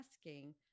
asking